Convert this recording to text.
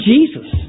Jesus